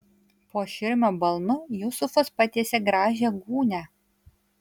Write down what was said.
po širmio balnu jusufas patiesė gražią gūnią